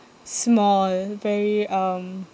small very um